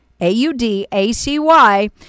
A-U-D-A-C-Y